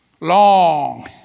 long